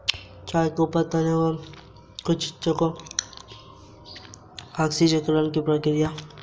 चाय के ऊपरी तने के कुछ हिस्से को ऑक्सीकरण की प्रक्रिया से चाय के रूप में तैयार किया जाता है